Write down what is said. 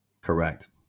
Correct